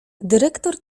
dyrektor